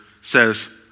says